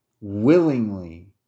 willingly